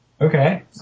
Okay